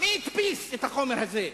מי הדפיס את החומר הזה?